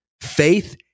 faith